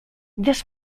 this